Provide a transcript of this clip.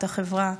את החברה,